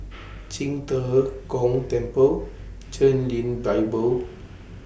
Qing De Gong Temple Chen Lien Bible